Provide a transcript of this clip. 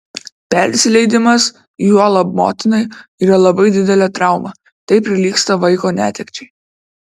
persileidimas juolab motinai yra labai didelė trauma tai prilygsta vaiko netekčiai